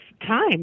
time